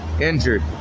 injured